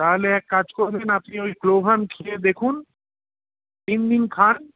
তাহলে এক কাজ করবেন আপনি ওই ক্লোভ্যাম খেয়ে দেখুন তিনদিন খান